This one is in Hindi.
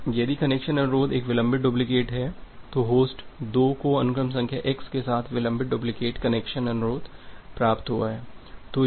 अब यदि कनेक्शन अनुरोध एक विलंबित डुप्लिकेट है तो होस्ट 2 को अनुक्रम संख्या x के साथ विलंबित डुप्लिकेट कनेक्शन अनुरोध प्राप्त हुआ है